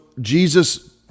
Jesus